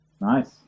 Nice